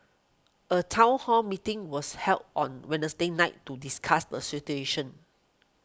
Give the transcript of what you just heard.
a town hall meeting was held on Wednesday night to discuss the situation